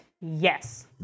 Yes